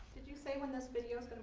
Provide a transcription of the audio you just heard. you say when this video's